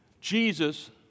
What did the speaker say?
Jesus